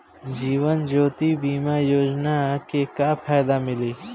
जीवन ज्योति बीमा योजना के का फायदा मिली?